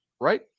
Right